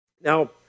Now